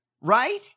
right